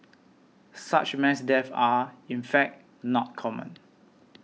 such mass deaths are in fact not common